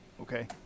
Okay